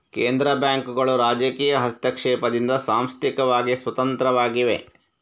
ಕೇಂದ್ರ ಬ್ಯಾಂಕುಗಳು ರಾಜಕೀಯ ಹಸ್ತಕ್ಷೇಪದಿಂದ ಸಾಂಸ್ಥಿಕವಾಗಿ ಸ್ವತಂತ್ರವಾಗಿವೆ